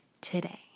today